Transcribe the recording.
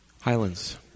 Highlands